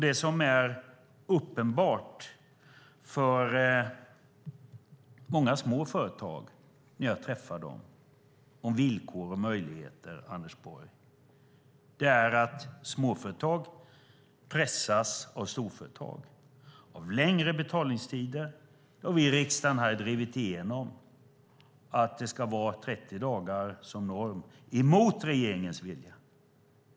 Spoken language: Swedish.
Det som är uppenbart när jag träffar många småföretagare och talar om villkor och möjligheter, Anders Borg, är att de pressas av storföretag och av längre betalningstider. Vi i riksdagen har drivit igenom att 30 dagar ska vara norm - emot regeringens vilja.